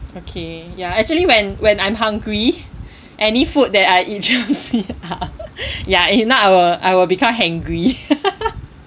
okay ya actually when when I'm hungry any food that I eat you see are ya if not I will I will become hangry